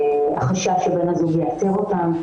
החשש שבן הזוג יאתר אותן.